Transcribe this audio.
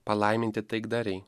palaiminti taikdariai